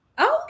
Okay